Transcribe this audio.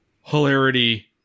hilarity